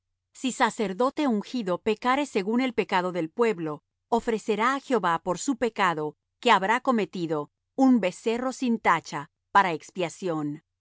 si sacerdote ungido pecare según el pecado del pueblo ofrecerá á jehová por su pecado que habrá cometido un becerro sin tacha para expiación